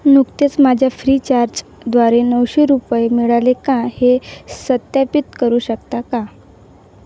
नुकतेच माझ्या फ्रीचार्जद्वारे नऊशे रुपये मिळाले का हे सत्यापित करू शकता का